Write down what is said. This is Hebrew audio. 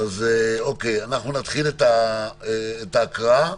אנחנו נתחיל את ההקראה.